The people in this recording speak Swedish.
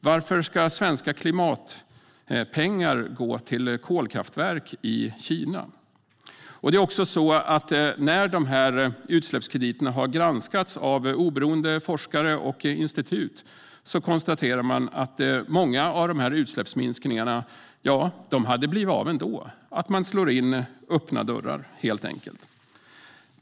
Varför ska svenska klimatpengar gå till kolkraftverk i Kina? När utsläppskrediterna har granskats av oberoende forskare och institut konstaterar de att många av utsläppsminskningarna hade blivit av ändå och att man helt enkelt slår in öppna dörrar.